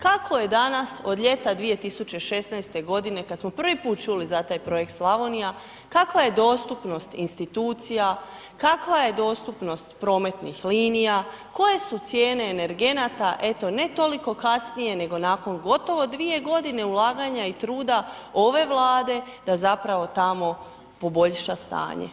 Kako je danas od ljeta 2016. godine kad smo prvi put čuli za taj Projekt Slavonija, kakva je dostupnost institucija, kakva je dostupnost prometnih linija, koje su cijene energenata, eto ne toliko kasnije nego nakon gotovo 2 godine ulaganja i truda ove Vlade da zapravo tamo poboljša stanje.